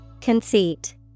Conceit